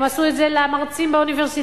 הם עשו את זה למרצים באוניברסיטאות,